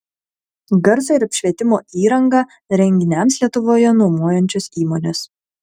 garso ir apšvietimo įrangą renginiams lietuvoje nuomojančios įmonės